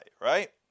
Right